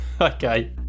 Okay